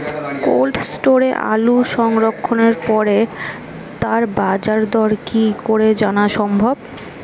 Cold স্টোরে আলু সংরক্ষণের পরে তার বাজারদর কি করে জানা সম্ভব?